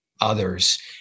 others